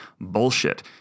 Bullshit